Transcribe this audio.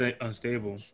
Unstable